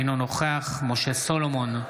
אינו נוכח משה סולומון,